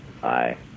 Hi